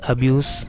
Abuse